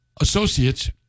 associates